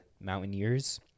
Mountaineers